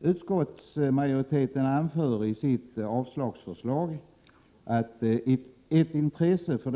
Utskottsmajoriteten anför i sitt avslagsförslag att en koncentration av intresset till